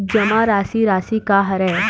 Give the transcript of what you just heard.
जमा राशि राशि का हरय?